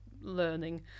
learning